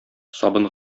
сабын